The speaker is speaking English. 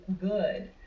good